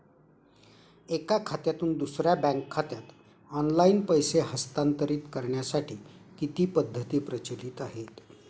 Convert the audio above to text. एका खात्यातून दुसऱ्या बँक खात्यात ऑनलाइन पैसे हस्तांतरित करण्यासाठी किती पद्धती प्रचलित आहेत?